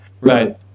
Right